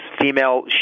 female